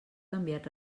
canviat